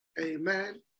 amen